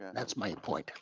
that's my point,